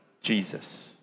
Jesus